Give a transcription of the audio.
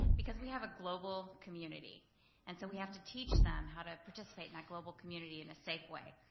because we have a global community and so we have to teach them how to participate in that global community in a safe way.